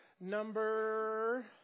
number